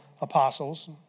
apostles